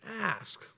Ask